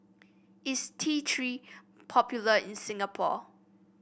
is T Three popular in Singapore